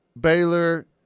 Baylor